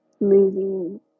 losing